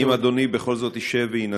האם אדוני בכל זאת ישב וינסה?